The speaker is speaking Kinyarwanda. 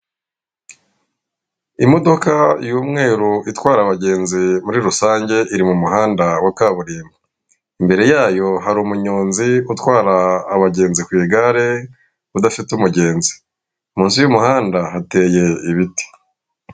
Imodoka y’ umweru itwara abagenzi muri rusange iri mu muhanda wa kaburimbo, imbere yayo hari umunyonzi utwara abagenzi ku igare udafite umugenzi munsi nzu y'umuhanda hateye ibiti.